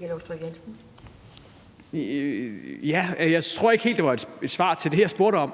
Jeg tror ikke helt, det var et svar på det, jeg spurgte om.